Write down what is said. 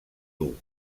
dur